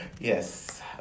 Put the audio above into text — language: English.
Yes